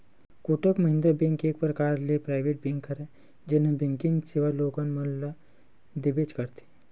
Kotak Mahindra bank एक परकार ले पराइवेट बेंक हरय जेनहा बेंकिग सेवा लोगन मन ल देबेंच करथे